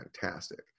fantastic